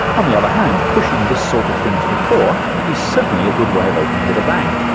on the other hand, pushing this sort of thing to the fore is certainly a good way of opening with a bang.